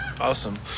Awesome